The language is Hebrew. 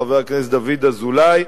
חבר הכנסת דוד אזולאי,